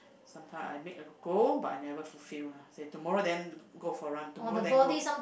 sometime I made a goal but I never fulfill lah say tomorrow then go for run tomorrow then go